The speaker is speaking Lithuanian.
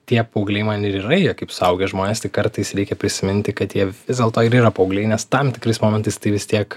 tie paaugliai man ir yra jie kaip suaugę žmonės tik kartais reikia prisiminti kad jie vis dėlto ir yra paaugliai nes tam tikrais momentais tai vis tiek